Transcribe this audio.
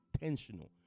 intentional